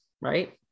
right